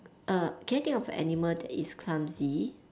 err can you think of a animal that is clumsy